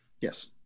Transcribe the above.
Yes